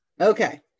Okay